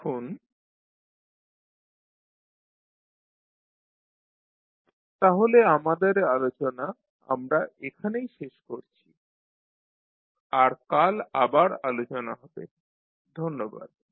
এখন k loopgaintermsinΔnottouchingthekthforwardpath তাহলে আমাদের আলোচনা আমরা এখানেই শেষ করছি আর কাল আবার আলোচনা হবে ধন্যবাদ